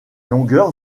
longueur